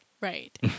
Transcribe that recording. Right